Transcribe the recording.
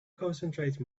concentrate